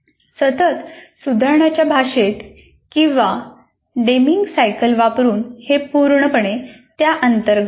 सतत सुधारण्याच्या भाषेत किंवा डेमिंग सायकल वापरुन हे पूर्णपणे त्याअंतर्गत येते